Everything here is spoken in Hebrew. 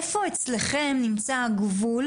איפה אצלכם נמצא הגבול,